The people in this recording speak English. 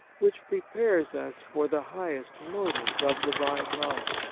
which prepares us for the highest motives of divine love.